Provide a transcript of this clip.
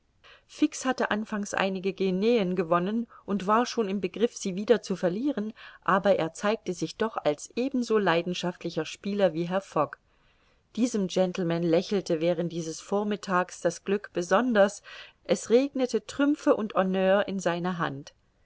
fix hatte anfangs einige guineen gewonnen und war schon im begriff sie wieder zu verlieren aber er zeigte sich doch als ebenso leidenschaftlicher spieler wie herr fogg diesem gentleman lächelte während dieses vormittags das glück besonders es regnete trümpfe und honneurs in seine hand